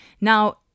Now